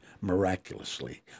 miraculously